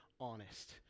honest